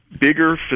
bigger